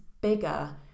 bigger